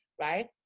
Right